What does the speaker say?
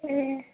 ए